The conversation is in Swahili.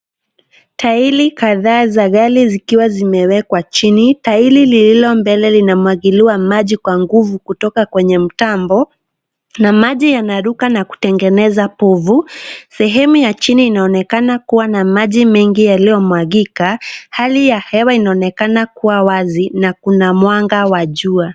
Tairi kadhaa za gari zikiwa zimewekwa chini. Tairi lililo mbele linamwagiliwa maji kwa nguvu kutoka kwenye mtambo na maji yanaruka na kutengeneza povu. Sehemu ya chini inaonekana kuwa na maji mengi yaliyomwagika. Hali ya hewa inaonekana kuwa wazi na kuna mwanga wa jua.